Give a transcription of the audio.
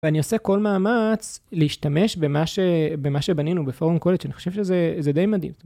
ואני עושה כל מאמץ להשתמש במה שבנינו, בפורום קהלת, שאני חושב שזה די מדהים.